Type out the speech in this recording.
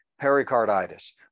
pericarditis